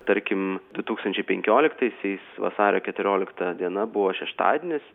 tarkim du tūkstančiai penkioliktaisiais vasario keturiolikta diena buvo šeštadienis